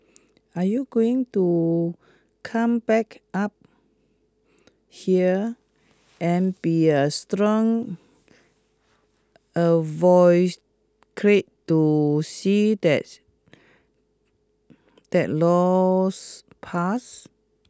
are you going to come back up here and be a strong to see thats that law's pass